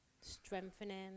strengthening